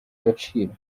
gaciro